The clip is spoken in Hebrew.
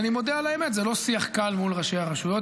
אני מודה על האמת, זה לא שיח קל מול ראשי הרשויות.